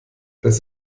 das